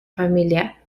familia